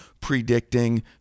predicting